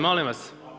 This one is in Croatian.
Molim vas.